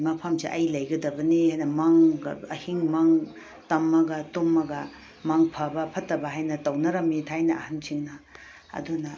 ꯃꯐꯝꯁꯤ ꯑꯩ ꯂꯩꯒꯗꯕꯅꯤ ꯃꯪꯒ ꯑꯍꯤꯡ ꯃꯪ ꯇꯝꯃꯒ ꯇꯨꯝꯃꯒ ꯃꯪ ꯐꯕ ꯐꯠꯇꯕ ꯍꯥꯏꯅ ꯇꯧꯅꯔꯝꯃꯤ ꯊꯥꯏꯅ ꯑꯍꯟꯁꯤꯡꯅ ꯑꯗꯨꯅ